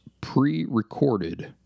Pre-Recorded